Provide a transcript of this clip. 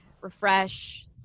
refresh